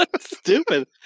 Stupid